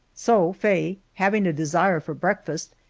so faye having a desire for breakfast,